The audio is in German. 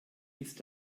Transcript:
ist